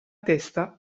testa